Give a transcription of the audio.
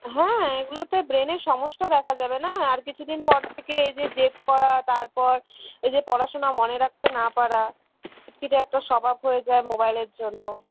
হ্যাঁ এগুলোতে ব্রেনের সমস্যা দেখা যাবে না আর কিছু দিন পর থেকে এই যে জেদ করা তারপর ওই যে পড়াশোনা মনে রাকতে না পারা বিচ্ছিরি একটা স্বভাব হয়ে যায় মোবাইলের জন্য